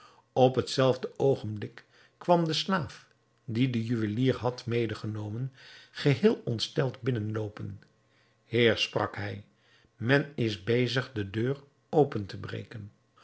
op het zelfde oogenblik kwam de slaaf dien de juwelier had medegenomen geheel ontsteld binnen loopen heer sprak hij men is bezig de deur open te breken